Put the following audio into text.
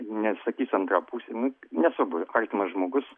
nesakysiu antra pusė nu nesvarbu artimas žmogus